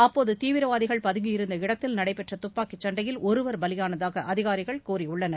அப்போது தீவிரவாதிகள் பதங்கியிருந்த இடத்தில் நடைபெற்ற துப்பாக்கி சண்டையில் ஒருவர் பலியானதாக அதிகாரிகள் கூறியுள்ளனர்